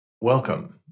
Welcome